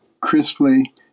crisply